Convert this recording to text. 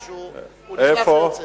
הוא נכנס ויוצא.